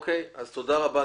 תודה רבה.